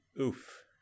Oof